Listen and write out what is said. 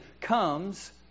comes